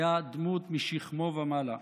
היה דמות משכמו ומעלה.